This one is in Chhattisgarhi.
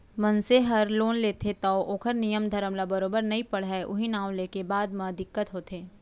मनसे हर लोन लेथे तौ ओकर नियम धरम ल बरोबर नइ पढ़य उहीं नांव लेके बाद म दिक्कत होथे